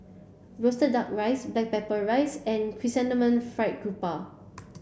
roasted duck rice black pepper rice and chrysanthemum fried Garoupa